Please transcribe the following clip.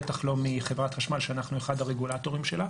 בטח לא מחברת חשמל שאנחנו אחד הרגולטורים שלה.